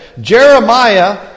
Jeremiah